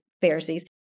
Pharisees